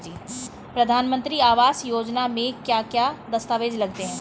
प्रधानमंत्री आवास योजना में क्या क्या दस्तावेज लगते हैं?